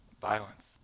violence